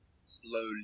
slowly